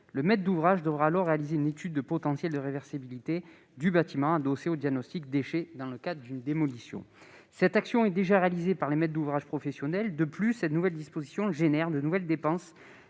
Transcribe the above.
les maîtres d'ouvrage devront alors réaliser une étude de potentiel de réversibilité du bâtiment adossée au diagnostic déchets dans le cas de démolition. Cette action est déjà réalisée par les maîtres d'ouvrage professionnels. De plus, cette nouvelle disposition occasionne de nouvelles dépenses,